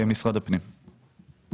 למשרד הפנים.